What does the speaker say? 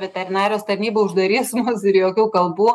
veterinarijos tarnyba uždarys mus ir jokių kalbų